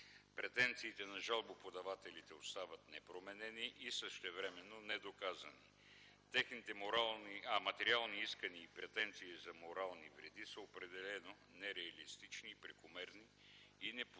Претенциите на жалбоподателите остават непроменени и същевременно недоказани. Техните материални искания и претенции за морални вреди са определено нереалистични и прекомерни и не почиват